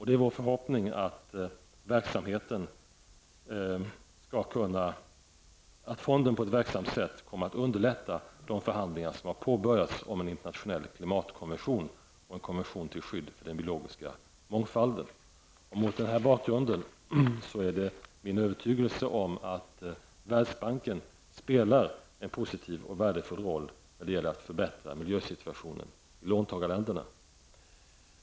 Det är vår förhoppning att fonden på ett verksamt sätt skall komma att underlätta de förhandlingar som har påbörjats om en internationell klimatkonvention och en konvention till skydd för den biologiska mångfalden. Mot den här bakgrunden är det min övertygelse att Världsbanken spelar en positiv och värdefull roll när det gäller att förbättra miljösituationen i låntagarländerna.